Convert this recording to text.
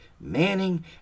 manning